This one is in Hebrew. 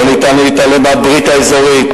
לא ניתן להתעלם מברית אזורית,